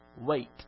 Wait